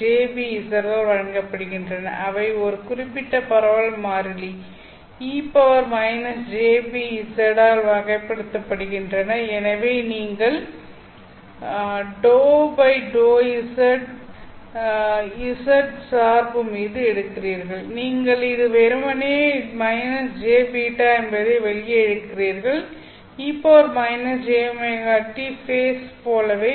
jβz ஆல் வழங்கப்படுகின்றன அவை ஒரு குறிப்பிட்ட பரவல் மாறிலி e jβz ஆல் வகைப்படுத்தப்படுகின்றன எனவே நீங்கள் ∂ ∂z z சார்பு மீது எடுக்கிறீர்கள் நீங்கள் இதை வெறுமனே-jβ என்பதை வெளியே இழுக்கிறீர்கள் e jωt ஃபேஸ் போலவே